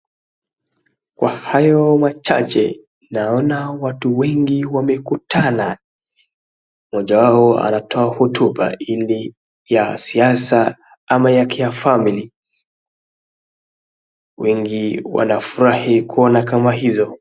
Kwa hayo machache, naona watu wengi wamekutana. Mmoja wao anatoa hotuba ili ya siasa ama ya kiafamili. Wengi wanafurahi kuona kama hizo.